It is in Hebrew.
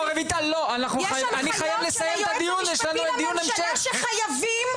יש הנחיות של היועץ המשפטי לממשלה שחייבים,